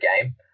game